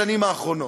בשנים האחרונות?